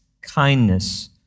kindness